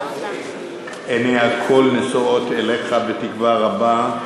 עיני הכול נשואות אליך בתקווה רבה.